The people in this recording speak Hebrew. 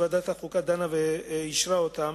שוועדת החוקה דנה בו ואישרה אותו,